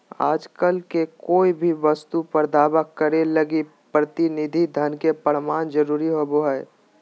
आजकल कोय भी वस्तु पर दावा करे लगी प्रतिनिधि धन के प्रमाण जरूरी होवो हय